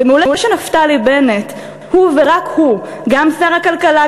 זה מעולה שנפתלי בנט הוא ורק הוא גם שר הכלכלה,